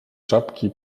czapki